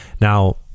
Now